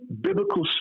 biblical